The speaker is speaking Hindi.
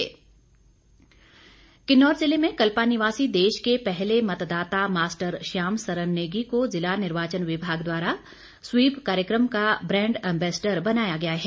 श्याम सरन नेगी किन्नौर जिले में कल्पा निवासी देश के पहले मतदाता मास्टर श्याम सरन नेगी को जिला निर्वाचन विभाग द्वारा स्वीप कार्यक्रम का ब्रांड अम्बेसडर बनाया गया है